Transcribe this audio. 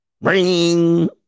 Ring